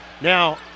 Now